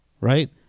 right